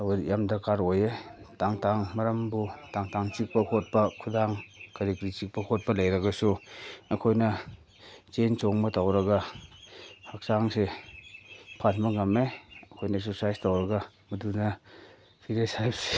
ꯇꯧꯕ ꯌꯥꯝ ꯗꯔꯀꯥꯔ ꯑꯣꯏꯌꯦ ꯇꯥꯡ ꯇꯥꯡ ꯃꯔꯝꯕꯨ ꯇꯥꯡ ꯇꯥꯡ ꯆꯤꯛꯄ ꯈꯣꯠꯄ ꯈꯨꯗꯥꯡ ꯀꯔꯤ ꯀꯔꯤ ꯆꯤꯛꯄ ꯈꯣꯠꯄ ꯂꯩꯔꯒꯁꯨ ꯑꯩꯈꯣꯏꯅ ꯆꯦꯟ ꯆꯣꯡꯕ ꯇꯧꯔꯒ ꯍꯛꯆꯥꯡꯁꯦ ꯐꯍꯟꯕ ꯉꯝꯃꯦ ꯑꯩꯈꯣꯏꯅꯁꯨ ꯑꯦꯛꯁꯔꯁꯥꯏꯁ ꯇꯧꯔꯒ ꯃꯗꯨꯅ ꯐꯤꯒꯔ